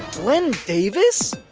glen davis?